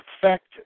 affect